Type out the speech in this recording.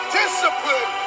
discipline